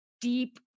deep